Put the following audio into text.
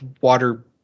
water